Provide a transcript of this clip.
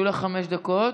יהיו לך חמש דקות,